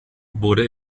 wurde